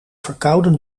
verkouden